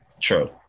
True